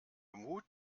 mut